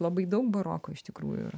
labai daug baroko iš tikrųjų yra